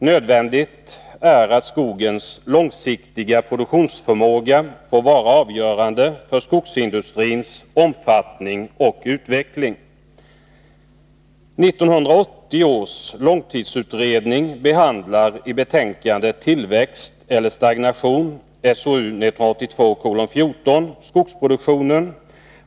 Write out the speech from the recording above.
Nödvändigt är att skogens långsiktiga produktionsförmåga får vara avgörande för skogsindustrins omfattning och utveckling. 1980 års långtidsutredning behandlar bl.a. skogsproduktionen i betänkandet Tillväxt eller stagnation?